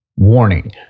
Warning